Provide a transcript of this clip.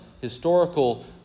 historical